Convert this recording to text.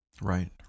Right